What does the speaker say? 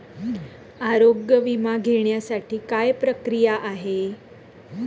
आरोग्य विमा घेण्यासाठी काय प्रक्रिया आहे?